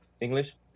English